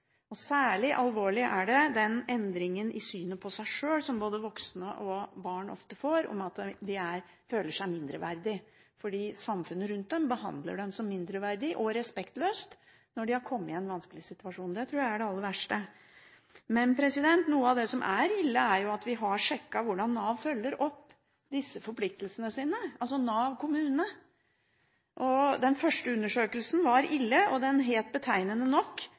alvorlig. Særlig alvorlig er den endringen i synet på seg sjøl som både voksne og barn ofte får, at de føler seg mindreverdige fordi samfunnet rundt dem behandler dem respektløst og som mindreverdige når de har kommet i en vanskelig situasjon. Det tror jeg er det aller verste. Noe av det som er ille, er at vi har sjekket hvordan Nav følger opp disse forpliktelsene sine, altså Nav i kommunene. Den første undersøkelsen var ille – den het betegnende nok